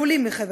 לעולים מחבר